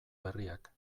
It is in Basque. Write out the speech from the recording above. berriak